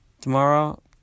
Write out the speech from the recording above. tomorrow